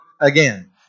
again